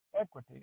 equity